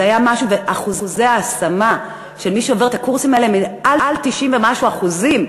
ושיעורי ההשמה של מי שעובר את הקורסים האלה הם 90 ומשהו אחוזים.